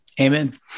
amen